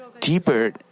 deeper